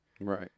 Right